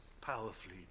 powerfully